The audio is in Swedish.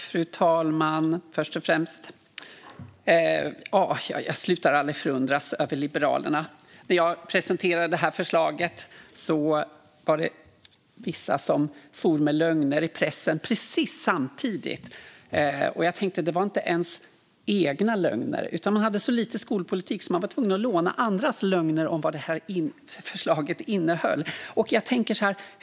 Fru talman! Jag slutar aldrig att förundras över Liberalerna. När jag presenterade förslaget var det vissa som precis samtidigt for med lögner i pressen. Det var inte ens egna lögner, utan man hade så lite skolpolitik att ta upp att man var tvungen att låna andras lögner om vad förslaget innehöll.